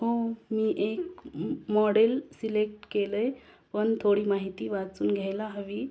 हो मी एक मॉडेल सिलेक्ट केलं आहे पण थोडी माहिती वाचून घ्यायला हवी